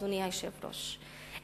אדוני היושב-ראש,